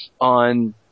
on –